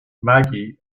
maggie